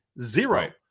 Zero